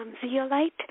zeolite